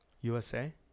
USA